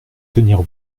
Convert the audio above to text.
tenir